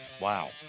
Wow